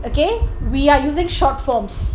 okay we are using short forms